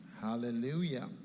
Hallelujah